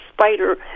spider